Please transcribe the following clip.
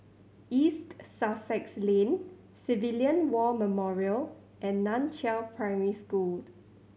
East Sussex Lane Civilian War Memorial and Nan Chiau Primary School